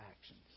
actions